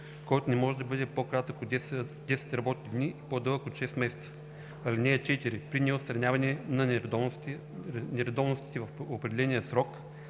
който не може да бъде по-кратък от 10 работни дни и по-дълъг от 6 месеца. (4) При неотстраняване на нередовностите в определения срок